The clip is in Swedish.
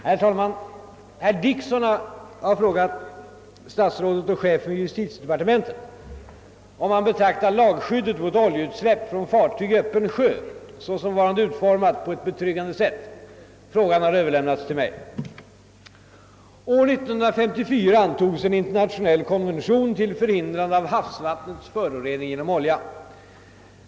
Herr talman! Herr Dickson har frågat statsrådet och chefen för justitiedepartementet, om han betraktar lagskyddet mot oljeutsläpp från fartyg i öppen sjö såsom varande utformat på ett betryggande sätt. Frågan har överlämnats till mig. År 1954 antogs en internationell konvention till förhindrande av havsvattnets förorening genom olja.